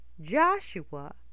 Joshua